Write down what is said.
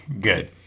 Good